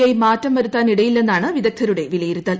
I മാറ്റം വരുത്താനിടയില്ലെന്നാണ് വിദഗ്ദ്ധരുടെ വിലയിരുത്തൽ